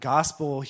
Gospel